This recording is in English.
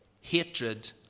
hatred